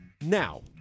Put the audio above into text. Now